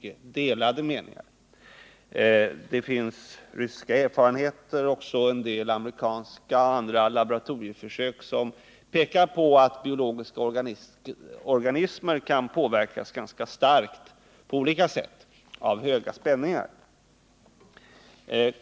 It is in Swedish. Erfarenheter från ryska och amerikanska laboratorieförsök pekar på att biologiska organismer kan påverkas ganska starkt på olika sätt av höga spänningar.